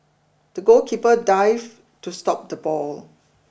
the goalkeeper dived to stop the ball